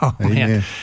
Amen